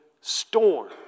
storm